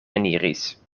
eniris